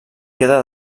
queda